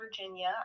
Virginia